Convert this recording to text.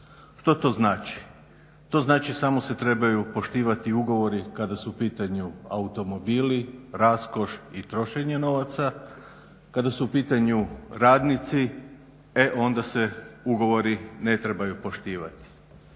Što to znači? To znači samo se trebaju poštivati ugovori kada su u pitanju automobili, raskoš i trošenje novaca a kada su u pitanju radnici e onda se ugovori ne trebaju poštivati.